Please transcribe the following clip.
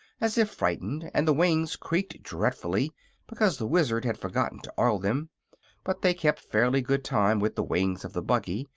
as if frightened, and the wings creaked dreadfully because the wizard had forgotten to oil them but they kept fairly good time with the wings of the buggy,